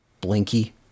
Blinky